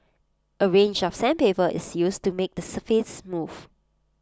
A range of sandpaper is used to make the surface smooth